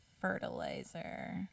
fertilizer